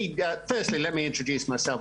ראשית אני אציג את עצמי,